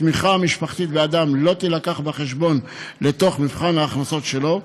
התמיכה המשפחתית באדם לא תילקח בחשבון במבחן ההכנסות שלו.